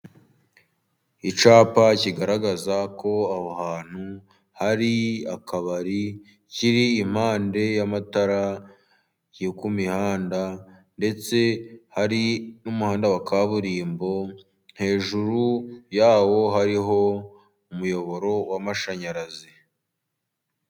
Icyapa kigaragaza ko aho hantu hari akabari, kiri impande y'amatara yo ku mihanda, ndetse hari n'umuhanda wa kaburimbo hejuru yawo hariho umuyoboro w'amashanyarazi.